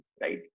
right